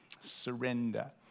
surrender